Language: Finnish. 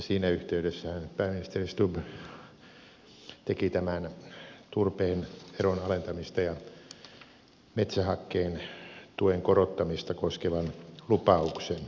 siinä yhteydessähän pääministeri stubb teki tämän turpeen veron alentamista ja metsähakkeen tuen korottamista koskevan lupauksen